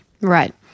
Right